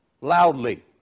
Loudly